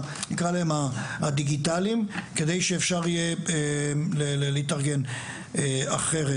נקרא להם הדיגיטליים כדי שאפשר יהיה להתארגן אחרת.